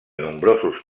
nombrosos